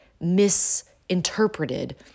misinterpreted